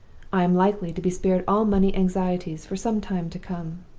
i am likely to be spared all money anxieties for some time to come.